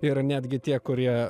ir netgi tie kurie